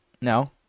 No